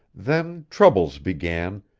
then troubles began,